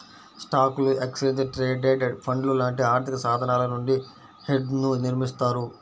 స్టాక్లు, exchange traded ఫండ్లు లాంటి ఆర్థికసాధనాల నుండి హెడ్జ్ని నిర్మిత్తారు